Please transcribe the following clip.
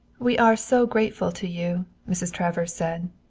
we are so grateful to you, mrs. travers said.